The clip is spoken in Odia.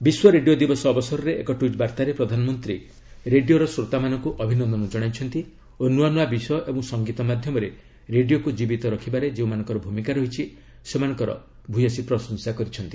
ବିଶ୍ୱ ରେଡିଓ ଦିବସ ଅବସରରେ ଏକ ଟ୍ୱିଟ୍ ବାର୍ଭାରେ ପ୍ରଧାନମନ୍ତ୍ରୀ ରେଡିଓର ଶ୍ରୋତାମାନଙ୍କୁ ଅଭିନନ୍ଦନ ଜଣାଇଛନ୍ତି ଓ ନୂଆ ନୂଆ ବିଷୟ ଏବଂ ସଙ୍ଗୀତ ମାଧ୍ୟମରେ ରେଡିଓକୁ ଜୀବିତ ରଖିବାରେ ଯେଉଁମାନଙ୍କର ଭୂମିକା ରହିଛି ସେମାନଙ୍କର ପ୍ରଶଂସା କରିଚ୍ଛନ୍ତି